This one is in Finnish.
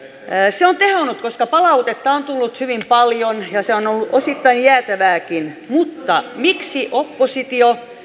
se on tehonnut koska palautetta on tullut hyvin paljon ja se on ollut osittain jäätävääkin mutta miksi oppositio